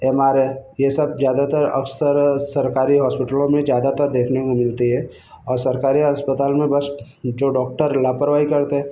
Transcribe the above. M R I यह सब ज़्यादातर अकसर सरकारी हॉस्पिटलो में ज़्यादातर देखने को मिलती है और सरकारी अस्पताल में बस जो डॉक्टर लापरवाही करते हैं